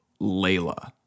Layla